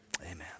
amen